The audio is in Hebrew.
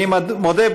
אני מודה,